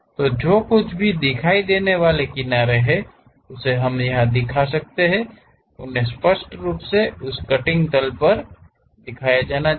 तो जो कुछ भी दिखाई देने वाले किनारों को हम देख सकते हैं उन्हें स्पष्ट रूप से उस कटिंग तल पर दिखाया जाना चाहिए